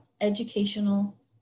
educational